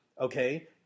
okay